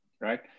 right